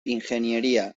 ingeniería